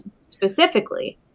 specifically